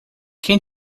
quem